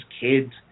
kids